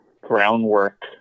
groundwork